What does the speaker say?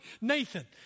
Nathan